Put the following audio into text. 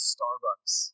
Starbucks